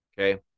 Okay